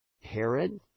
Herod